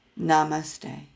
Namaste